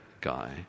guy